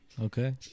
Okay